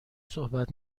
صحبت